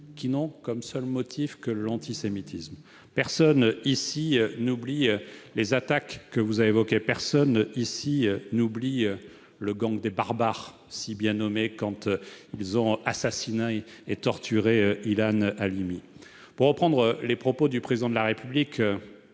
dont le seul motif était l'antisémitisme. Personne ici n'oublie les attaques que vous avez évoquées. Personne ici n'oublie le gang des barbares, si bien nommé, qui a assassiné et torturé Ilan Halimi. Pour reprendre les propos du Président de la République,